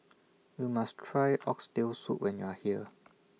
YOU must Try Oxtail Soup when YOU Are here